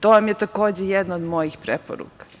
To vam je takođe jedna od mojih preporuka.